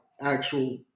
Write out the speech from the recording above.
actual